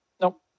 nope